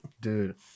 Dude